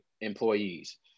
employees